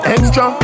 Extra